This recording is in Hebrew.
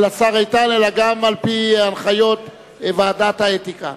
השר איתן אלא גם על-פי הנחיות ועדת האתיקה.